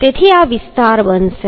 તેથી આ વિસ્તાર બનશે